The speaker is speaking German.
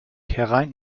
herein